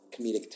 comedic